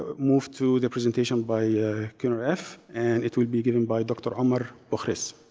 ah move to the presentation by qnrf and it will be given by dr. omar boukhris.